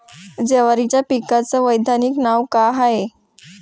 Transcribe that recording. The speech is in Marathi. जवारीच्या पिकाचं वैधानिक नाव का हाये?